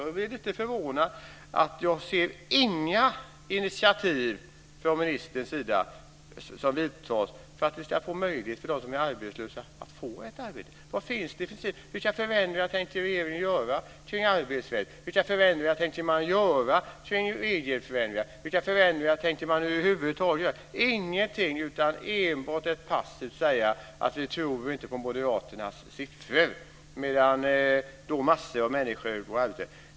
Jag är förvånad över att jag inte ser några initiativ från ministerns sida för att de som är arbetslösa ska få möjlighet till ett arbete. Vilka förändringar tänker regeringen göra i arbetsrätten? Vilka förändringar tänker man göra över huvud taget? Man gör ingenting utan säger enbart passivt att man inte tror på moderaternas siffror. Massor av människor går arbetslösa.